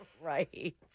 Right